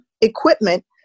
equipment